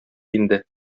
инде